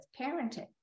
parenting